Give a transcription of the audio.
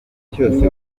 cyose